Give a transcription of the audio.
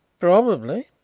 probably,